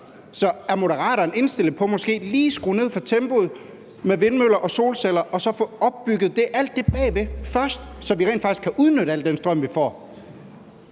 Er Moderaterne indstillet på måske lige at skrue ned for tempoet med vindmøller og solceller og så få opbygget alt det bag ved først, så vi rent faktisk kan udnytte al den strøm, vi får?